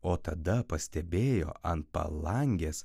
o tada pastebėjo ant palangės